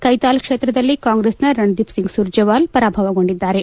ಕ್ಷೇತಾಲ್ ಕ್ಷೇತ್ರದಲ್ಲಿ ಕಾಂಗ್ರೆಸ್ನ ರಣದೀಪ್ಸಿಂಗ್ ಸುರ್ಜೆವಾಲ ಪರಾಭವಗೊಂಡಿದ್ದಾರೆ